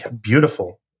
beautiful